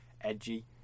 edgy